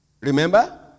Remember